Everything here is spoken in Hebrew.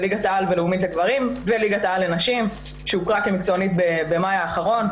וליגת העל לנשים שהוכרה כמקצוענית במאי האחרון.